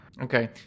Okay